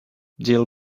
dill